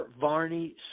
Varney